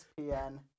ESPN